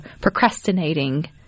procrastinating